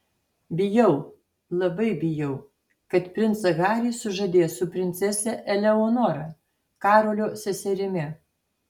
bijau labai bijau kad princą harį sužadės su princese eleonora karolio seserimi